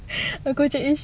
aku macam anxious